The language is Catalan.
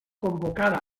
convocada